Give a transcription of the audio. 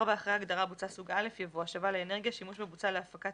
אחרי ההגדרה "בוצה סוג א'" יבוא: "השבה לאנרגיה" שימוש בבוצה להפקת